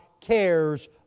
cares